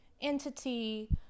entity